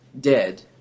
dead